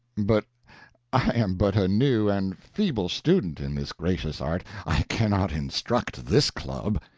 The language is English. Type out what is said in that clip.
but i am but a new and feeble student in this gracious art i can not instruct this club.